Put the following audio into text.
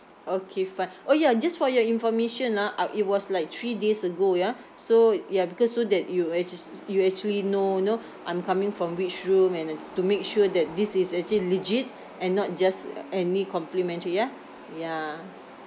okay fine orh ya just for your information ah uh it was like three days ago ya so ya because so that you actuas~ you actually know you know I'm coming from which room and then to make sure that this is actually legit and not just uh any complimentary ya ya